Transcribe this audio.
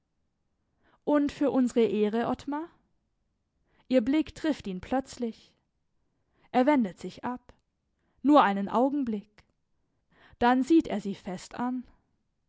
und für unsere ehre ottmar ihr blick trifft ihn plötzlich er wendet sich ab nur einen augenblick dann sieht er sie fest an